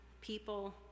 people